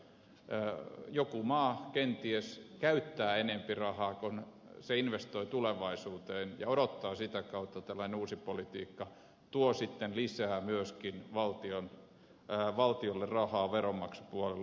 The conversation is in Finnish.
joku maa kenties käyttää enempi rahaa kun se investoi tulevaisuuteen ja odottaa että tällainen uusi politiikka tuo sitä kautta lisää myöskin valtiolle rahaa veronmaksupuolella